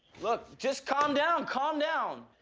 look, just calm down, calm down!